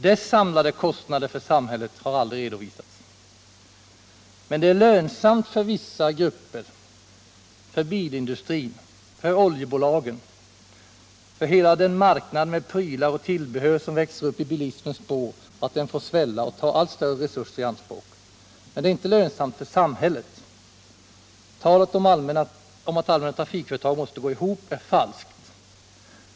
Dess samlade kostnader för samhället har aldrig redovisats. Det är lönsamt för vissa grupper — för bilindustrin, för oljebolagen, för hela den marknad med prylar och tillbehör som växer i bilismens spår — att den får svälla och ta allt större resurser i anspråk, men det är inte lönsamt för samhället. Talet om att allmänna trafikföretag måste gå ihop är falskt.